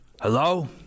Hello